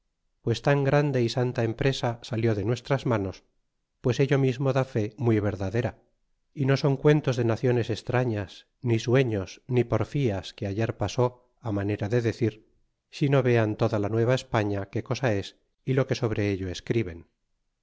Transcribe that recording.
pues tan grande y santa empresa salió de nuestras manos pues ello mismo da fe muy verdadera y no son cuentos de naciones extrañas ni sueños ni porfias que ayer pasó á manera de decir sino vean toda la nueva españa qué cosa es y lo que sobre ello escriben